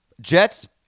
Jets